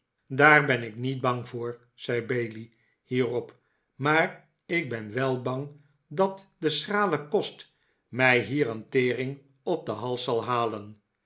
daar ben ik niet bang voor zei bailey hierop maar ik ben wel bang dat de schrale kost mij hier een tering op den hals zal halen